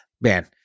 Man